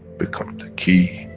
become the key,